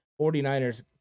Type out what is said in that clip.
49ers